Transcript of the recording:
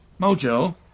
Mojo